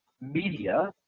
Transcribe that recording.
media